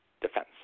Defense